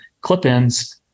clip-ins